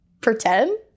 pretend